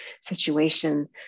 situation